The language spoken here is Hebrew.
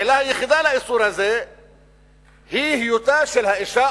העילה היחידה לאיסור הזה היא היות האשה